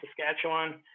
Saskatchewan